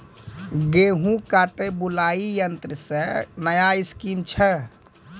गेहूँ काटे बुलाई यंत्र से नया स्कीम छ?